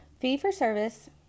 fee-for-service